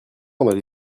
pendant